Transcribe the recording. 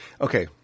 Okay